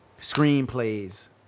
screenplays